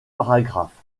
paragraphes